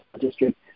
district